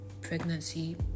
pregnancy